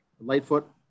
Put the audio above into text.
Lightfoot